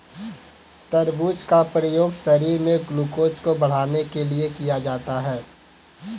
तरबूज का प्रयोग शरीर में ग्लूकोज़ को बढ़ाने के लिए किया जाता है